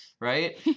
right